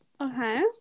Okay